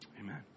Amen